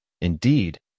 indeed